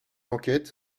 enquête